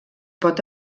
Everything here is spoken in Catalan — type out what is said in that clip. pot